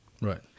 Right